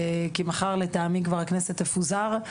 כי מחר לטעמי כבר הכנסת תפוזר.